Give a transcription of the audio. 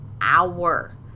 hour